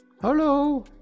hello